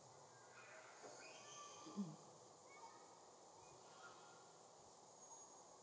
um